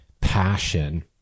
passion